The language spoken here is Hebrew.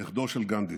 נכדו של גנדי.